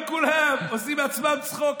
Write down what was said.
אבל מדמיינים, עובדים על כולם, עושים מעצמם צחוק.